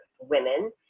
women